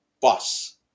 bus